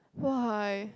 why